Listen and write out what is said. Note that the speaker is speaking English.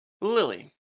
Lily